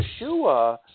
Yeshua